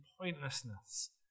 pointlessness